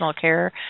care